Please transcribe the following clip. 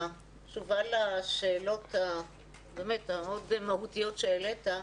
התשובה לשאלות המאוד-מהותיות שהעלית,